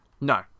no